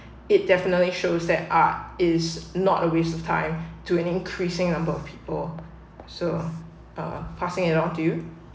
it definitely shows that art is not always to an increasing number of people so uh passing it on to you